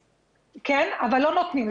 כן, אבל לא נותנים.